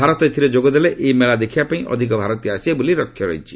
ଭାରତ ଏଥିରେ ଯୋଗ ଦେଲେ ଏହି ମେଳା ଦେଖିବା ପାଇଁ ଅଧିକ ଭାରତୀୟ ଆସିବେ ବୋଲି ଲକ୍ଷ୍ୟ ରହିଛି